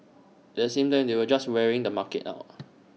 the same time they were just wearing the market out